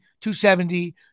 270